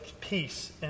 peace